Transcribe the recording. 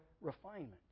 refinement